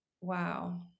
Wow